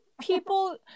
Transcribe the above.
people